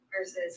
versus